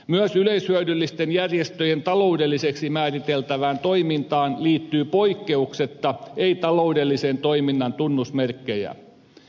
myös yleishyödyllisten järjestöjen taloudelliseksi määriteltävään toimintaan liittyy poikkeuksetta ei taloudellisen toiminnan tunnusmerkkejä